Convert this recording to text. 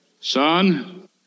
son